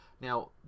now